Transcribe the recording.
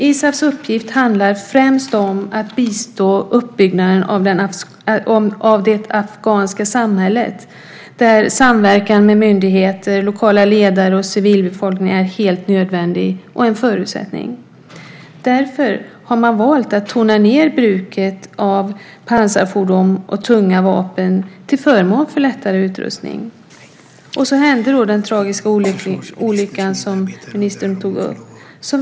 ISAF:s uppgift handlar främst om att bistå uppbyggnaden av det afghanska samhället där samverkan med myndigheter, lokala ledare och civilbefolkning är helt nödvändig och en förutsättning. Därför har man valt att tona ned bruket av pansarfordon och tunga vapen till förmån för lättare utrustning. Så hände den tragiska olycka som ministern tog upp.